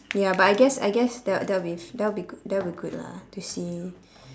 ya but I guess I guess that would that would be that would that would be good lah to see